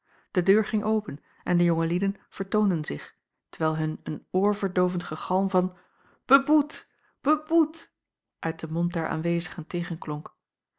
de deur ging open en de jonge lieden vertoonden zich terwijl hun een oorverdoovend gegalm van beboet beboet uit den mond der aanwezigen